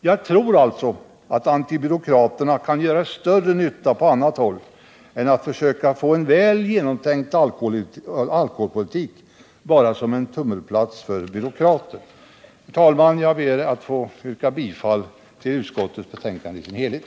Jag tror alltså att antibyråkraterna kan göra större nytta på annat håll än genom att försöka få en väl genomtänkt alkoholpolitik att framstå bara som en tummelplats för byråkrater. Herr talman! Jag ber att få yrka bifall till utskottets hemställan i dess helhet.